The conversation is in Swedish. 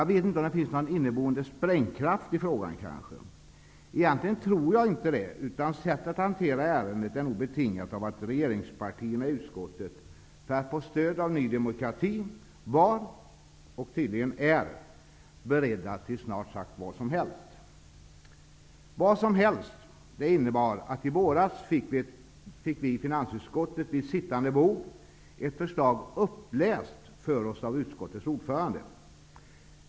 Jag vet inte om det kan finnas någon inneboende sprängkraft i denna fråga. Egentligen tror jag inte att det är så. Sättet att hantera ärendet är nog betingat av att regeringspartierna i utskottet, för att få stöd av Ny demokrati, var -- och tydligen fortfarande är -- beredda till snart sagt vad som helst. Detta innebar att vi i finansutskottet i våras vid sittande bord fick ett förslag uppläst för oss av utskottets ordförande.